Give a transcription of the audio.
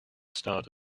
starred